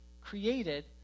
Created